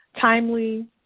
Timely